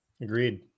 Agreed